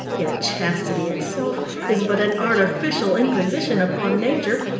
yet chastity itself is but an artificial imposition upon nature,